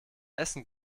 essen